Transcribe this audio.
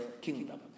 kingdom